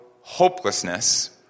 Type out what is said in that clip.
hopelessness